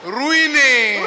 ruining